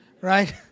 Right